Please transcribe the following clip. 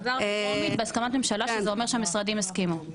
היא עברה בטרומית בהסכמת ממשלה שזה אומר שהמשרדים הסכימו.